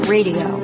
Radio